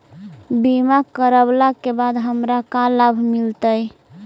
बीमा करवला के बाद हमरा का लाभ मिलतै?